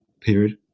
period